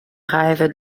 rêve